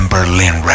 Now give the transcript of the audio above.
Berlin